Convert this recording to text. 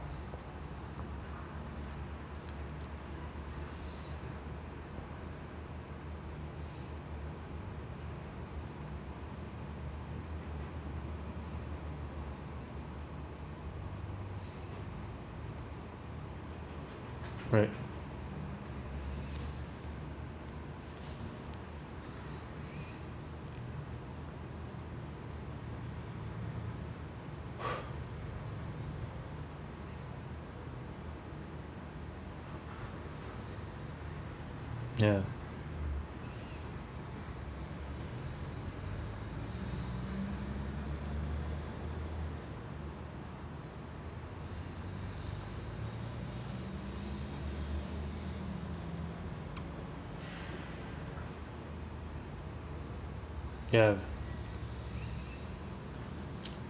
right ya ya